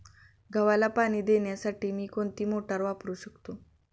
गव्हाला पाणी देण्यासाठी मी कोणती मोटार वापरू शकतो?